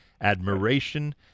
admiration